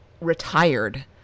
retired